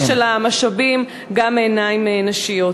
על החלוקה של המשאבים גם בעיניים נשיות.